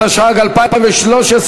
התשע"ג 2013,